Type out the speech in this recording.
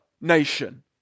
nation